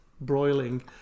Broiling